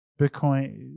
Bitcoin